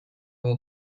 all